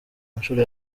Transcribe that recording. nshuro